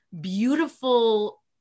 beautiful